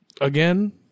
again